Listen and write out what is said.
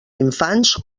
infants